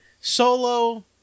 Solo